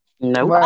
No